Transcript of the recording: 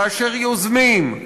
כאשר יוזמים,